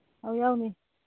ꯑꯧ ꯌꯥꯎꯅꯤ